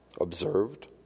observed